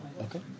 Okay